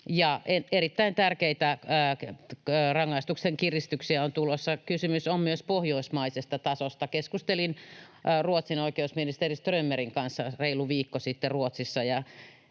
Erittäin tärkeitä rangaistusten kiristyksiä on tulossa. Kysymys on myös pohjoismaisesta tasosta. Keskustelin Ruotsin oikeusministeri Strömmerin kanssa reilu viikko sitten Ruotsissa,